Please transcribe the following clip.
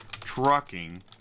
trucking